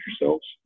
yourselves